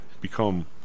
become